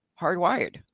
hardwired